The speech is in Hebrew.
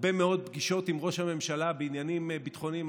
והרבה פגישות עם ראש הממשלה בעניינים ביטחוניים.